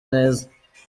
meza